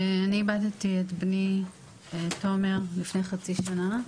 אני איבדתי את בני תומר לפני חצי שנה.